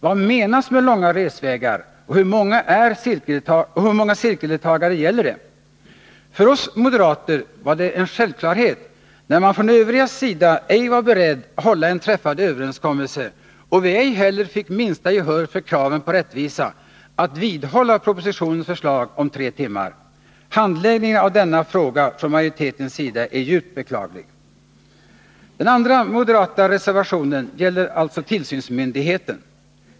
Vad menas med långa resvägar, och hur många cirkeldeltagare gäller det? För oss moderater var det en självklarhet, när man från de övrigas sida ej var beredda att hålla en träffad överenskommelse och vi ej heller fick minsta gehör för kraven på rättvisa, att vidhålla propositionens förslag om tre timmar. Handläggningen av denna fråga från majoritetens sida är djupt beklaglig. Den andra moderata reservationen gäller alltså tillsynsmyndigheten.